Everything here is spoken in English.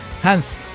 Hans